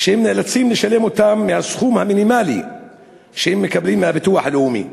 הם נאלצים לשלם מהסכום המינימלי שהם מקבלים מהביטוח הלאומי.